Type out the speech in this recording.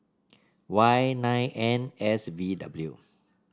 Y nine N S V W